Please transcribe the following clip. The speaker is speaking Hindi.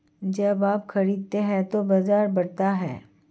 जब आप खरीदते हैं तो बाजार बढ़ता है